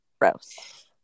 gross